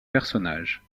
personnage